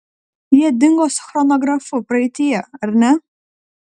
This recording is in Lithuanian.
jie dingo su chronografu praeityje ar ne